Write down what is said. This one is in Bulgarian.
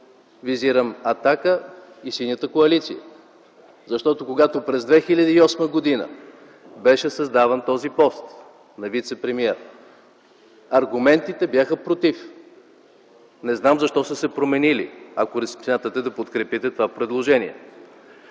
визирам „Атака” и Синята коалиция, защото когато през 2008 г. беше създаван този пост на вицепремиер, аргументите бяха против. Не знам защо са се променили, ако смятате да подкрепите това предложение.